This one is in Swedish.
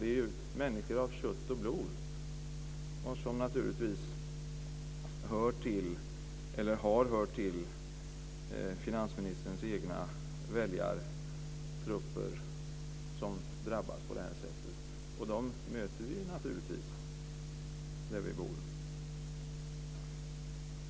Det är människor av kött och blod som har hört till finansministerns egna väljartrupper som drabbas på det här sättet. Dem möter vi naturligtvis där vi bor.